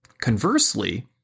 Conversely